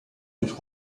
durch